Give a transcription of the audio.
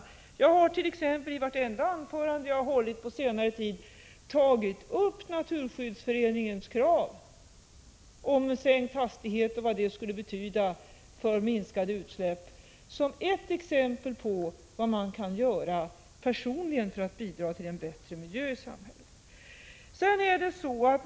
Själv har jag i vartenda anförande jag hållit på senare tid tagit upp Naturskyddsföreningens krav på sänkt hastighet, och vad det skulle betyda i minskade utsläpp, som ett exempel på vad man personligen kan göra för att bidra till en bättre miljö i samhället.